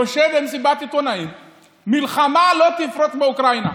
יושב במסיבת עיתונאים: מלחמה לא תפרוץ באוקראינה.